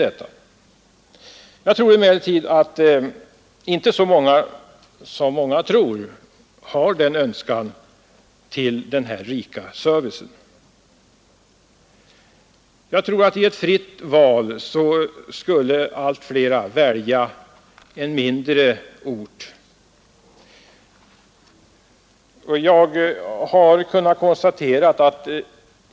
Enligt min uppfattning har emellertid inte så många som åtskilliga tror en önskan om denna rika service. Jag tror att i ett fritt val skulle allt fler välja en mindre ort.